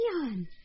Leon